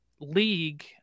league